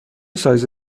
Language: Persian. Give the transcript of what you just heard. سایز